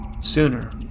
Sooner